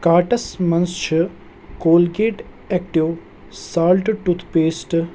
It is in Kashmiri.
کارٹس منٛز چھِ کولگیٹ ایکٹیٛوٗ سالٹ ٹُتھ پیٚسٹہٕ